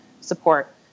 support